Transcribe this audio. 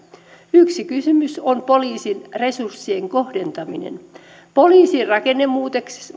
yksi kysymys on poliisin resurssien kohdentaminen poliisin rakennemuutoksessa